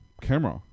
camera